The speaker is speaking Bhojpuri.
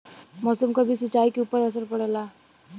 मौसम क भी सिंचाई के ऊपर असर पड़ला